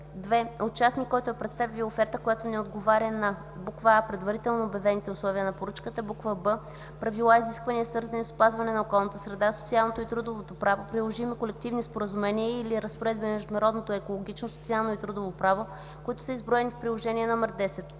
2. участник, който е представил оферта, която не отговаря на: а) предварително обявените условия на поръчката; б) правила и изисквания, свързани с опазване на околната среда, социалното и трудовото право, приложими колективни споразумения и/или разпоредби на международното екологично, социално и трудово право, които са изброени в приложение № 10;